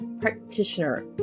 practitioner